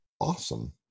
Awesome